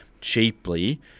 cheaply